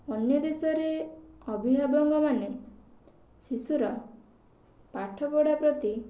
ଅନ୍ୟ ଦେଶରେ ଅଭିଭାବକ ମାନେ ଶିଶୁର ପାଠପଢ଼ା ପ୍ରତି